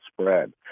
spread